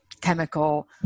chemical